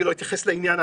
ואני לא אתייחס לעניין,